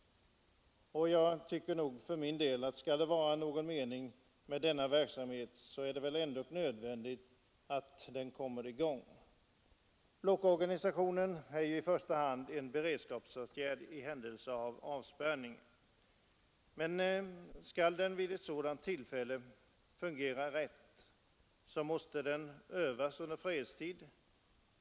Och skall det vara någon mening med denna verksamhet är det ju nödvändigt att den kommer i gång. Blockorganisationen är i första hand en beredskapsåtgärd i händelse av avspärrning. Men om den vid ett sådant tillfälle skall fungera rätt så måste den övas under fredstid.